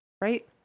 right